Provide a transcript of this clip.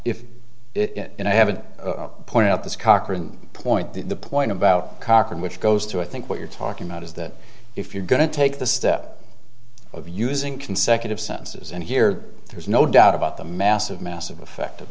if it and i have pointed out this cochran point the point about cochran which goes to i think what you're talking about is that if you're going to take the step of using consecutive sentences and here there's no doubt about the massive massive effect of